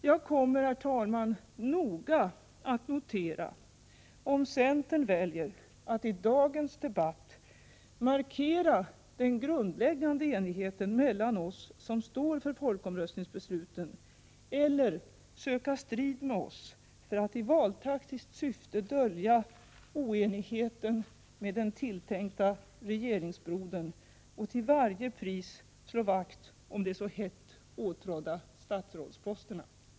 Jag kommer, herr talman, noga att notera om centern väljer att i dagens debatt markera den grundläggande enigheten mellan oss som står för folkomröstningsbesluten eller om man söker strid med oss, för att i valtaktiskt syfte dölja oenigheten med den tilltänkte regeringsbrodern och för att till varje pris slå vakt om de så hett åtrådda statsrådsposterna.